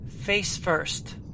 face-first